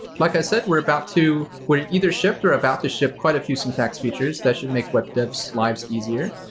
like i said, we're about to we've either shipped or about to ship quite a few syntax features that should make web devs' lives easier.